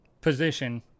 position